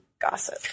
Gossip